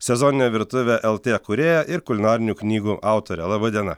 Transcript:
sezoninė virtuvė lt kūrėja ir kulinarinių knygų autorė laba diena